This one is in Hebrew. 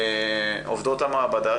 עובדות המעבדה,